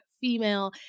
female